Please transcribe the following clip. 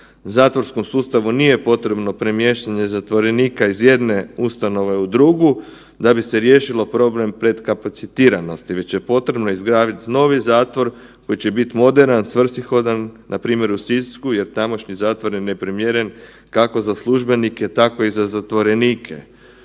Zatvorskom sustavu nije potrebno premještanje zatvorenika iz jedne ustanove u drugu, da bi se riješilo problem prekapacitiranosti već je potrebno izgraditi novi zatvor koji će biti moderan, svrsishodan, npr. u Sisku jer tamošnji zatvor je neprimjeren, kako za službenike, tako i za zatvorenike.